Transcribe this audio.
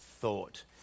thought